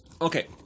okay